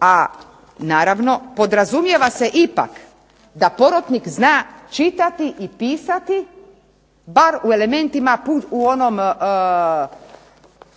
a naravno podrazumijeva se ipak da porotnik zna čitati i pisati, bar u elementima u onom